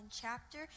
chapter